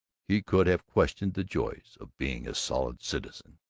he could have questioned the joys of being a solid citizen.